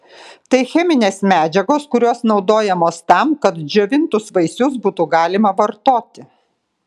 tai cheminės medžiagos kurios naudojamos tam kad džiovintus vaisius būtų galima vartoti